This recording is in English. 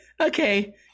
okay